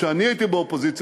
כשאני הייתי באופוזיציה,